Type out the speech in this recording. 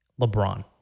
LeBron